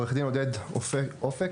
עו"ד עודד אופק.